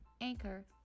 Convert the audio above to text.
Anchor